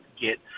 get